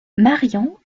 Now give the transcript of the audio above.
marion